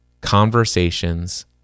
conversations